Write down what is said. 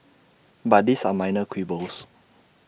but these are minor quibbles